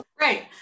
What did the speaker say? Right